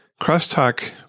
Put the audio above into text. crosstalk